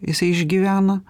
jisai išgyvena